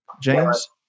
James